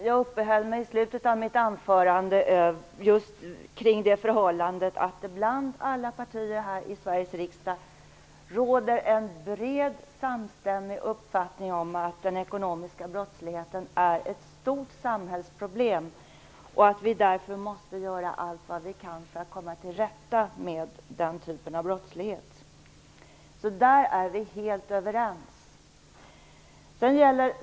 Jag uppehöll mig i slutet av mitt anförande vid det förhållandet att det bland alla partier i Sveriges riksdag råder en brett samstämmig uppfattning att den ekonomiska brottsligheten är ett stort samhällsproblem och att vi därför måste göra allt vad vi kan för att komma till rätta med denna. Om det är vi helt överens.